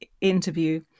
interview